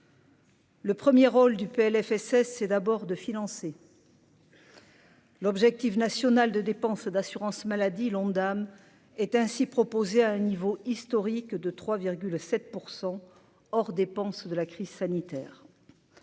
Le 1er rôle du PLFSS c'est d'abord de financer. L'objectif national de dépenses d'assurance maladie, l'Ondam est ainsi proposé à un niveau historique de 3,7 % hors dépenses de la crise sanitaire.